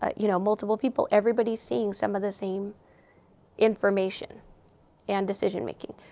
ah you know, multiple people, everybody seeing some of the same information and decision-making.